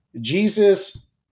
Jesus